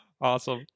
Awesome